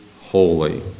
holy